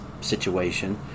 situation